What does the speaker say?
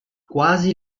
quasi